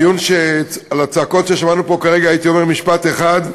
על הצעקות ששמענו פה כרגע הייתי אומר משפט אחד: